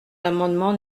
l’amendement